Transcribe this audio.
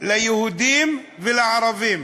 ליהודים ולערבים.